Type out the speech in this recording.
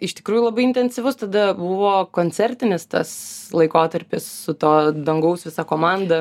iš tikrųjų labai intensyvus tada buvo koncertinis tas laikotarpis su to dangaus visa komanda